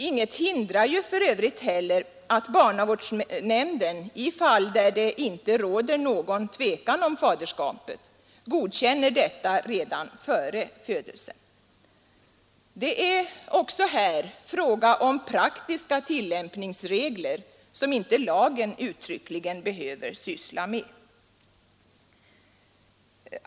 Inget hindrar för övrigt heller att barnavårdsnämnden i fall där det inte råder någon tvekan om faderskapet godkänner detta redan före födseln. Det är också här fråga om praktiska tillämpningsregler, som inte lagen uttryckligen behöver syssla med.